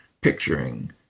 picturing